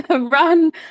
Run